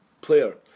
player